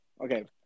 okay